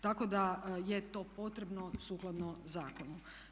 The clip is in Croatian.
Tako da je to potrebno sukladno zakonu.